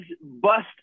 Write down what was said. bust